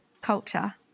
culture